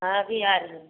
हाँ अभी आ रहे हैं